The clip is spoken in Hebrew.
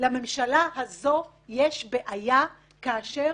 לממשלה הזאת יש בעיה, כאשר